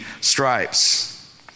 stripes